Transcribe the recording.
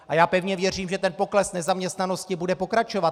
A já pevně věřím, že pokles nezaměstnanosti bude pokračovat.